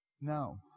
no